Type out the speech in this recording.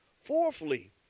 Fourthly